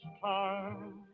time